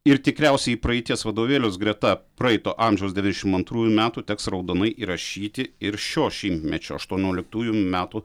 ir tikriausiai praeities vadovėliuos greta praeito amžiaus devyniasdešimt antrųjų metų teks raudonai įrašyti ir šio šimtmečio aštuonioliktųjų metų